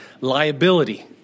liability